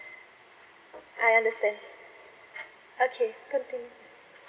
I understand okay continue